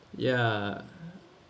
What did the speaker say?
yeah